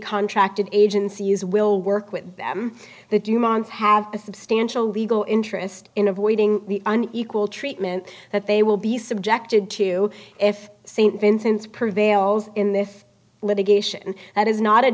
contracted agencies will work with them that humans have a substantial legal interest in avoiding the unequal treatment that they will be subjected to if st vincents prevails in this litigation that is not a